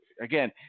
Again